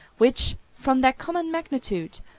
which, from their uncommon magnitude,